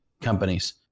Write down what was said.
companies